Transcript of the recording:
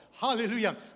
Hallelujah